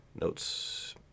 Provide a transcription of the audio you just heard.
Notes